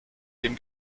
dem